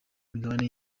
migabane